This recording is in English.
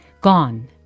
gone